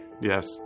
Yes